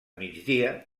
migdia